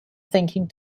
thinking